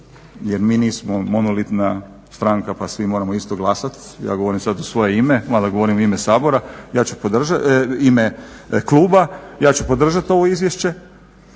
jer mi nismo monolitna stranka pa svi moramo isto glasati, ja sad govorim u svoje ima, malo govorim i u ime kluba, ja ću podržati ovo izvješće.